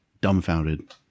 dumbfounded